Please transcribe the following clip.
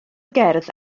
gerdd